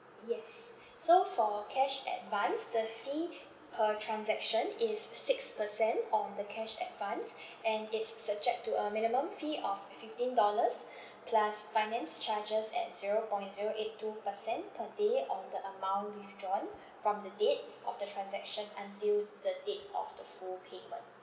yes so for cash advance the fee per transaction is six percent on the cash advance and it's subject to a minimum fee of fifteen dollars plus finance charges at zero point zero eight two percent per day on the amount withdrawn from the date of the transaction until the date of the full payment